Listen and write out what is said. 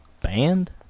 band